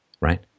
right